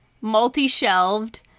multi-shelved